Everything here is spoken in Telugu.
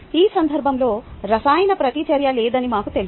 ఈ సందర్భంలో రసాయన ప్రతిచర్య లేదని మాకు తెలుసు